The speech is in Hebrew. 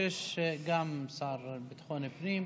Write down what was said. וב-18:00 גם השר לביטחון פנים,